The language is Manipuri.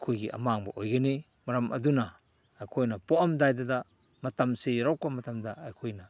ꯑꯩꯈꯣꯏꯒꯤ ꯑꯃꯥꯡꯕ ꯑꯣꯏꯒꯅꯤ ꯃꯔꯝ ꯑꯗꯨꯅ ꯑꯩꯈꯣꯏꯅ ꯄꯣꯛꯂꯝꯗꯥꯏꯗꯨꯗ ꯃꯇꯝꯁꯤ ꯌꯧꯔꯛꯄ ꯃꯇꯝꯗ ꯑꯩꯈꯣꯏꯅ